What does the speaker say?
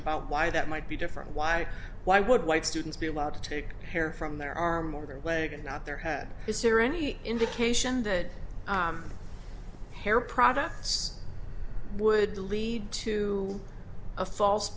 about why that might be different why why would white students be allowed to take hair from there are more their leg and not their head is there any indication that hair products would lead to a false